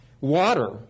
Water